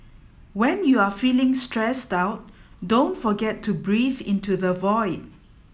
when you are feeling stressed out don't forget to breathe into the void